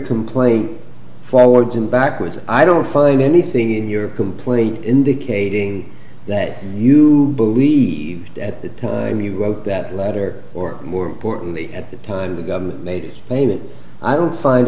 complaint forwards and backwards i don't find anything in your complaint indicating that you believed at the time you wrote that letter or more importantly at the time the government made payments i don't find